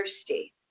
thirsty